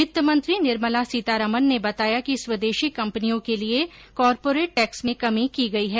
वित्तमंत्री निर्मला सीतारमन ने बताया कि स्वदेशी कंपनियों के लिए कॉरपोरेट टैक्स में कमी की गई है